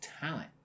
talent